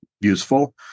useful